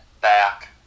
back